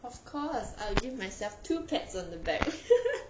of course I give myself to cats on the back